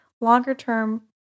longer-term